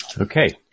Okay